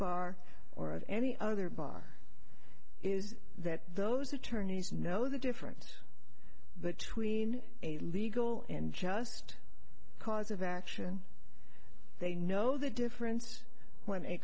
bar or at any other bar is that those attorneys know the difference between a legal and just cause of action they know the difference when a